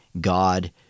God